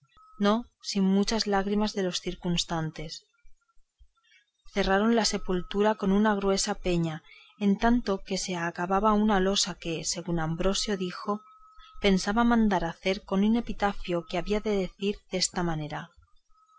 no sin muchas lágrimas de los circunstantes cerraron la sepultura con una gruesa peña en tanto que se acababa una losa que según ambrosio dijo pensaba mandar hacer con un epitafio que había de decir desta manera